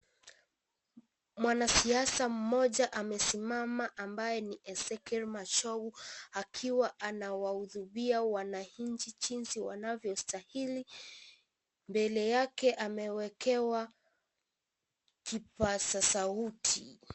Mwanasiasa mmoja amesimama ambaye ni Ezekiel Machau akiwa anawahutubia wananchi jinsi wanavyostahili. Mbele yake ameweka kipasa sauti.